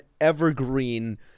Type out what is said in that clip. evergreen